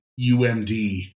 UMD